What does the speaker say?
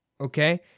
okay